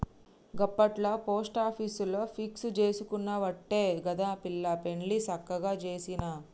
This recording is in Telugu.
గప్పట్ల పోస్టాపీసుల ఫిక్స్ జేసుకునవట్టే గదా పిల్ల పెండ్లి సక్కగ జేసిన